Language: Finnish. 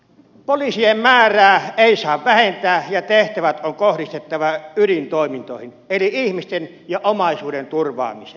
poliisien määrää ei saa vähentää ja tehtävät on kohdistettava ydintoimintoihin eli ihmisten ja omaisuuden turvaamiseen